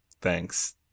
thanks